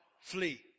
Flee